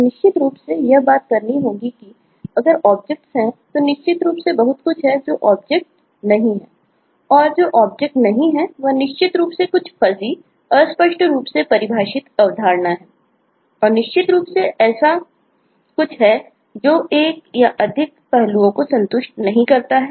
अब निश्चित रूप से यह बात करनी होगी कि अगर ऑब्जेक्ट्स है